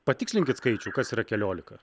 patikslinkit skaičių kas yra keliolika